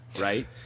right